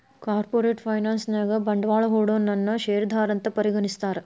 corporate finance ನ್ಯಾಗ ಬಂಡ್ವಾಳಾ ಹೂಡೊನನ್ನ ಶೇರ್ದಾರಾ ಅಂತ್ ಪರಿಗಣಿಸ್ತಾರ